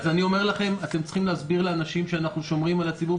אני אומר לכם: אתם צריכים להסביר לאנשים שאנחנו שומרים על הציבור.